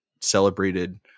celebrated